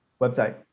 website